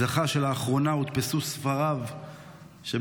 זכה לכך שספריו הודפסו לאחרונה,